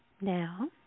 now